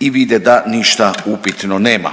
i vide da ništa upitno nema.